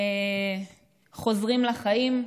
חוזרים לחיים.